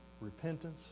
repentance